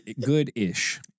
Good-ish